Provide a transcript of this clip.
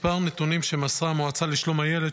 מספר נתונים שמסרה המועצה לשלום הילד,